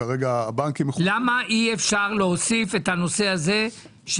שהבנקים מחוברים אליהן --- למה אי-אפשר לכתוב בנקים,